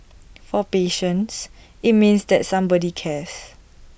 for patients IT means that somebody cares